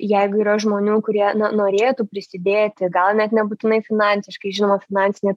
jeigu yra žmonių kurie norėtų prisidėti gal net nebūtinai finansiškai žinoma finansinė